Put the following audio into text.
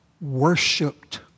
Worshipped